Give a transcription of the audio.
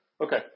Okay